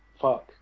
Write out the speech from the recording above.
fuck